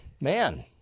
Man